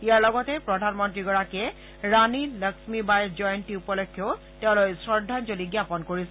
ইয়াৰ লগতে প্ৰধানমন্ত্ৰীগৰাকীয়ে ৰাণী লক্ষ্মীবাঈৰ জয়ন্তী উপলক্ষেও তেওঁলৈ শ্ৰদ্ধাঞ্জলি জ্ঞাপন কৰিছে